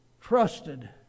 trusted